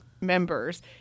members